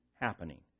happening